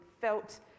felt